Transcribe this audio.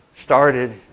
started